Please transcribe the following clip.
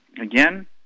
Again